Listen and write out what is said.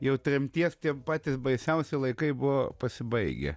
jau tremties tie patys baisiausi laikai buvo pasibaigę